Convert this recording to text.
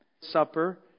Supper